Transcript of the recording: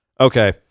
Okay